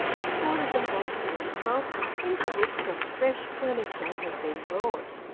escorted them back to their house, into which some fresh furniture had been brought.